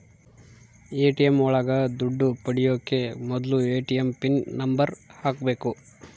ATM ಒಳಗ ದುಡ್ಡು ಪಡಿಯೋಕೆ ಮೊದ್ಲು ಎ.ಟಿ.ಎಂ ಪಿನ್ ನಂಬರ್ ಹಾಕ್ಬೇಕು